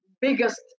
biggest